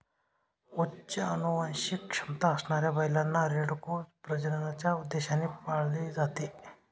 उच्च अनुवांशिक क्षमता असणाऱ्या बैलांना, रेडकू प्रजननाच्या उद्देशाने पाळले जाते